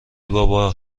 بابا